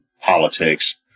politics